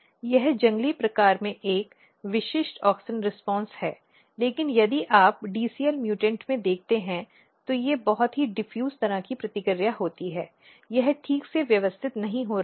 यह जंगली प्रकार में एक विशिष्ट ऑक्जिन प्रतिक्रिया है लेकिन यदि आप dcl म्यूटेंट में देखते हैं तो वे बहुत ही डिफ़्यूज़्ड तरह की प्रतिक्रिया होती हैं यह ठीक से व्यवस्थित नहीं हो रही है